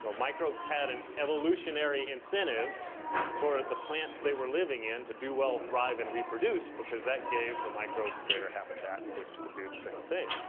so microbes had an evolutionary incentive for the plants they were living in to do well, thrive, and reproduce because that gave the microbes greater habitat in which to do the same thing.